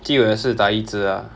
actually 我也是打一只 ah